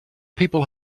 people